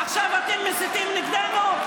עכשיו אתם מסיתים נגדנו?